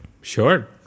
Sure